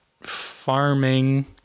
farming